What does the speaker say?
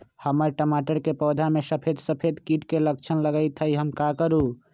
हमर टमाटर के पौधा में सफेद सफेद कीट के लक्षण लगई थई हम का करू?